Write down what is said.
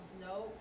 No